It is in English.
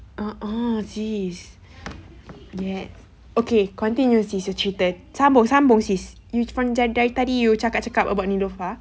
orh orh sis ya okay continue sis you cheated sambung sambung sis you from dari tadi cakap-cakap about neelofa